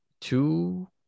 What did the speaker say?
two